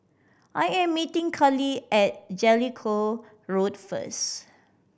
I am meeting Kallie at Jellicoe Road first